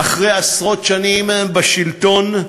אחרי עשרות שנים בשלטון,